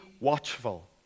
watchful